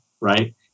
right